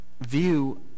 view